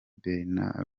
bernabe